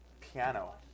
piano